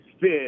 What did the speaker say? fit